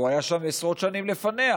הוא היה שם עשרות שנים לפניה,